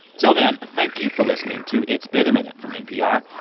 till then, thank you for listening to it's been a minute from npr.